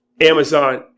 Amazon